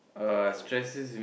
what stress you